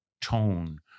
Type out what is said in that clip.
tone